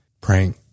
praying